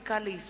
מדינת